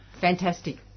Fantastic